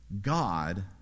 God